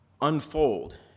unfold